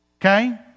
Okay